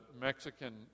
Mexican